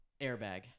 Airbag